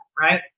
right